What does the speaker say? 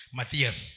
Matthias